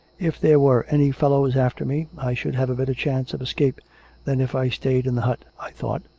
if there were any fellows after me, i should have a better chance of escape than if i stayed in the hut, i thought,